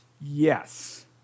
Yes